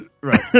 Right